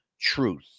truth